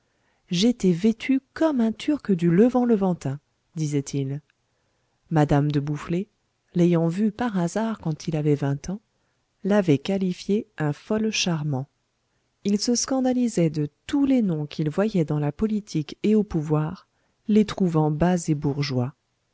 j'étais vêtu comme un turc du levant levantin disait-il mme de boufflers l'ayant vu par hasard quand il avait vingt ans l'avait qualifié un fol charmant il se scandalisait de tous les noms qu'il voyait dans la politique et au pouvoir les trouvant bas et bourgeois